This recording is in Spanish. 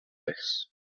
pez